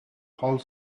whole